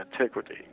antiquity